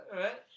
right